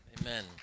Amen